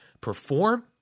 perform